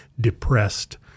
depressed